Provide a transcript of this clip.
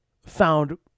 found